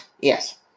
Yes